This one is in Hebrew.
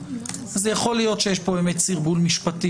אז יכול להיות שיש פה באמת סרבול משפט,